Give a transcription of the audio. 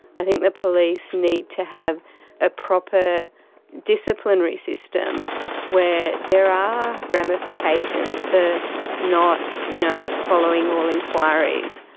i think the police need to have a proper disciplinary system where there are ramifications for not you know following all inquiries,